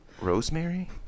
rosemary